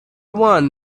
one